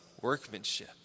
workmanship